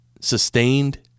sustained